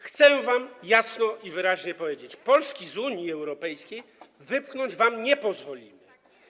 Chcemy wam jasno i wyraźnie powiedzieć: Polski z Unii Europejskiej wypchnąć wam nie pozwolimy.